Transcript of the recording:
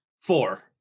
Four